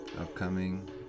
Upcoming